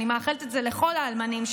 אני מאחלת את זה לכל האלמנים,